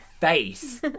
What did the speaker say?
face